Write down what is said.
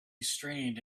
strained